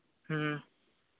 ᱦᱮᱸ